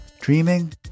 dreaming